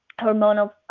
hormonal